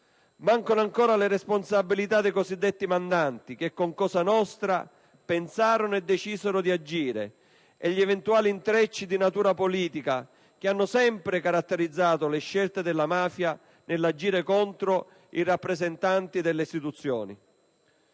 Mancano ancora le responsabilità dei cosiddetti mandanti, di coloro che con Cosa nostra pensarono e decisero di agire, e gli eventuali intrecci di natura politica che hanno sempre caratterizzato le scelte della mafia nell'agire contro i rappresentanti delle istituzioni.